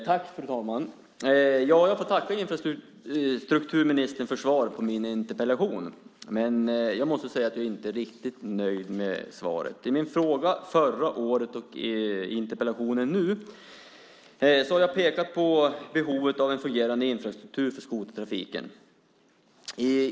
Fru talman! Jag får tacka infrastrukturministern för svaret på min interpellation, men jag måste säga att jag inte är riktigt nöjd med svaret. I min fråga förra året och i interpellationen nu har jag pekat på behovet av en fungerande infrastruktur för skotertrafiken.